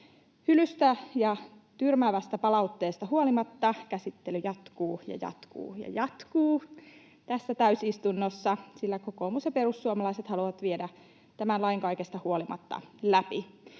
Hylystä ja tyrmäävästä palautteesta huolimatta käsittely jatkuu ja jatkuu ja jatkuu tässä täysistunnossa, sillä kokoomus ja perussuomalaiset haluavat viedä tämän lain kaikesta huolimatta läpi.